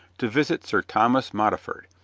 to visit sir thomas modiford,